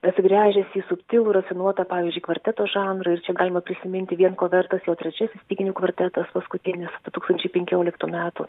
atsigręžęs į subtilų rafinuotą pavyzdžiui kvarteto žanrą ir čia galima prisiminti vien ko vertas jo trečiasis styginių kvartetas paskutinis du tūkstančiai penkioliktų metų